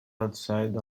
outside